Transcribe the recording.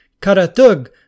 Karatug